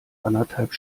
anderthalb